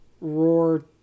Roar